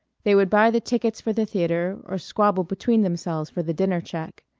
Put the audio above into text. they would buy the tickets for the theatre or squabble between themselves for the dinner check.